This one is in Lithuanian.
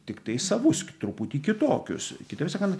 tiktai savus truputį kitokius kitaip sakant